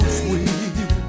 sweet